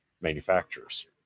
manufacturers